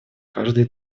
каждые